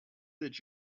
that